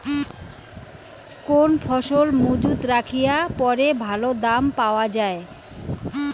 কোন ফসল মুজুত রাখিয়া পরে ভালো দাম পাওয়া যায়?